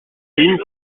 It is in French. lignes